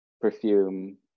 perfume